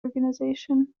organisation